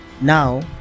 Now